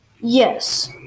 Yes